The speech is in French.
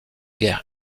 guère